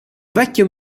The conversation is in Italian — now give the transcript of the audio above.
vecchio